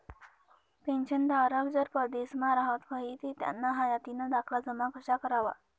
पेंशनधारक जर परदेसमा राहत व्हयी ते त्याना हायातीना दाखला जमा कशा करवा?